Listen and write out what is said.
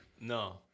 No